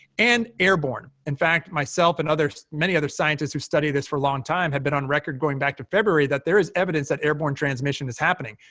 and airborne. in fact, myself and others many other scientists who study this for a long time have been on record going back to february that there is evidence that airborne transmission is happening.